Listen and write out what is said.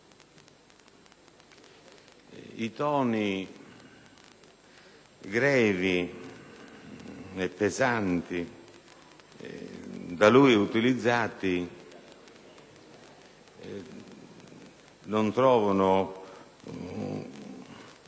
I toni grevi e pesanti da lui utilizzati non trovano